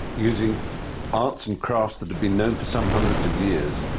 using arts and crafts that have been known for some hundreds of years,